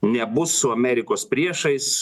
nebus su amerikos priešais